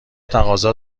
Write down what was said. تقاضا